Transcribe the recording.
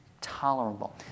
tolerable